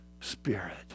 Spirit